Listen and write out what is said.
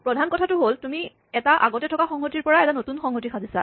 প্ৰধান কথাটো হ'ল তুমি এটা আগতে থকা সংহতিৰ পৰা এটা নতুন সংহতি সাজিছা